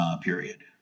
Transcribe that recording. period